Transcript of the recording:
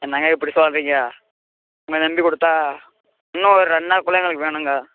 என்னங்க இப்படி சொல்கிறிங்க உங்களை நம்பி கொடுத்தா இன்னும் ஒரு ரெண்டு நாளுகுள்ள எங்களுக்கு வேணுங்க